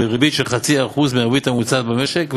בריבית של 0.5% מהריבית הממוצעת במשק,